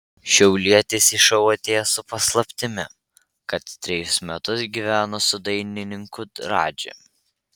šiaulietis į šou atėjo su paslaptimi kad trejus metus gyveno su dainininku radži